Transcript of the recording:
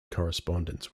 correspondence